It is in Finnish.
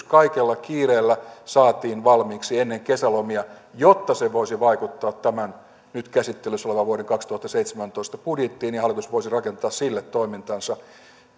kaikella kiireellä saatiin valmiiksi ennen kesälomia jotta se voisi vaikuttaa tämän nyt käsittelyssä olevan vuoden kaksituhattaseitsemäntoista budjettiin ja hallitus voisi rakentaa sille toimintansa